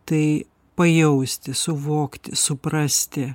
tai pajausti suvokti suprasti